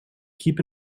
keep